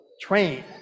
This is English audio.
train